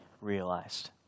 realized